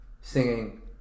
singing